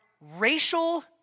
racial